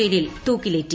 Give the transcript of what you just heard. ജയിലിൽ തൂക്കിലേറ്റി